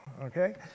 okay